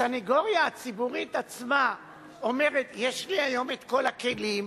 הסניגוריה הציבורית עצמה אומרת: יש לי היום כל הכלים,